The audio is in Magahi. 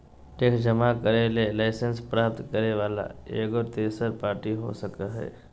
टैक्स जमा करे ले लाइसेंस प्राप्त करे वला एगो तेसर पार्टी हो सको हइ